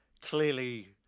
clearly